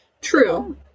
True